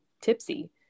tipsy